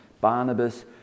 Barnabas